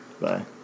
bye